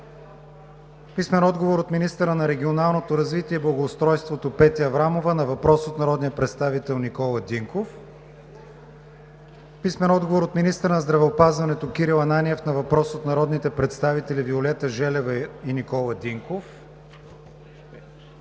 Любомир Бонев; - министъра на регионалното развитие и благоустройството Петя Аврамова на въпрос от народния представител Никола Динков; - министъра на здравеопазването Кирил Ананиев на въпрос от народните представители Виолета Желева и Никола Динков;